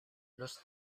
los